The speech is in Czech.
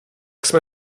jsme